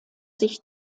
sich